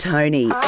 Tony